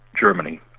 Germany